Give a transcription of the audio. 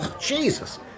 Jesus